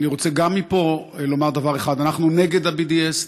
אני רוצה גם מפה לומר דבר אחד: אנחנו נגד ה-BDS,